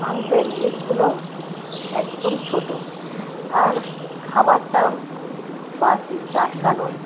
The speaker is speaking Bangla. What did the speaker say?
মাংসের পিসগুলোও একদম ছোটো আর খাবারটা বাসি টাটকা নয়